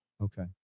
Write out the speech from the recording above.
Okay